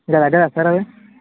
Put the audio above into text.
అదే కదా సార్ అవి